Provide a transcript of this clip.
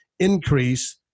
Increase